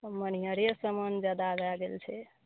मनिहरे सामान जादा भए गेल छै